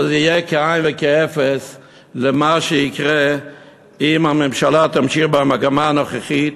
אבל זה יהיה כאין וכאפס לעומת מה שיקרה אם הממשלה תמשיך במגמה הנוכחית